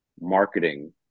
Marketing